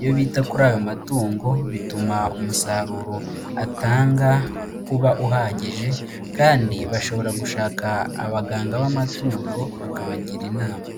iyo bita kuri ayo matungo bituma umusaruro atanga uba uhagije kandi bashobora gushaka abaganga b'amatungo bakabagira inama.